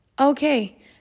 Okay